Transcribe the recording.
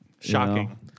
Shocking